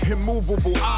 Immovable